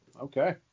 okay